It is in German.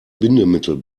bindemittel